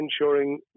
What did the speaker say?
ensuring